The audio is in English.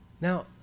Now